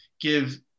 give